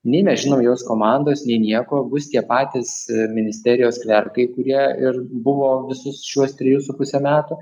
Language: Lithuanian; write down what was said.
nei mes žinom jos komandos nei nieko bus tie patys ministerijos klerkai kurie ir buvo visus šiuos trejus su puse metų